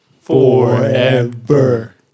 forever